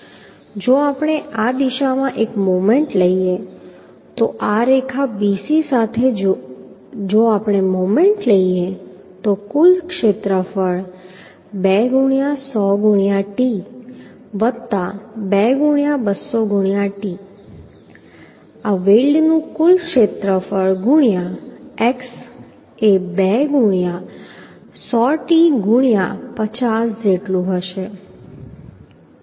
જો આપણે આ દિશામાં એક મોમેન્ટ લઈએ એટલે આ રેખા BC સાથે જો આપણે મોમેન્ટ લઈએ તો કુલ ક્ષેત્રફળ 2 ગુણ્યા 100 ગુણ્યા t 2 ગુણ્યા 200 ગુણ્યા t આ વેલ્ડનું કુલ ક્ષેત્રફળ ગુણ્યા x એ 2 ગુણ્યા 100t ગુણ્યા 50 જેટલું હશે